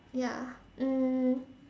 ya um